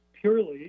purely